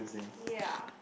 ya